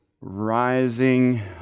rising